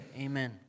Amen